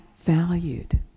valued